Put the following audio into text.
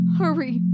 hurry